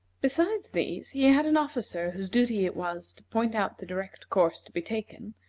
besides these, he had an officer whose duty it was to point out the direct course to be taken,